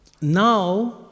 now